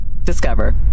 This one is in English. Discover